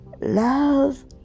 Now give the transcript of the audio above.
love